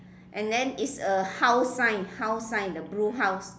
and then is a house sign house sign the blue house